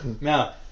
Now